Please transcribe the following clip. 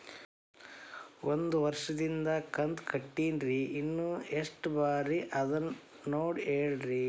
ಒಂದು ವರ್ಷದಿಂದ ಕಂತ ಕಟ್ಟೇನ್ರಿ ಇನ್ನು ಎಷ್ಟ ಬಾಕಿ ಅದ ನೋಡಿ ಹೇಳ್ರಿ